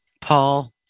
Paul